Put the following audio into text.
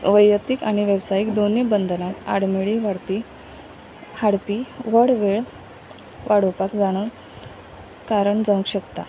वैयतीक आनी वेवसायीक दोनीय बंदान आडमेडी वाडपी हाडपी वड वेळ वाडोवपाक जाणून कारण जावंक शकता